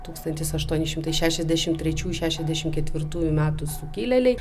tūkstantis aštuoni šimtai šešiasdešimt trečių šešiasdešimt ketvirtųjų metų sukilėliai